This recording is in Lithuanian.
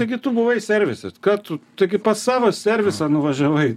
taigi tu buvai servise ką tu taigi pas savo servisą nuvažiavai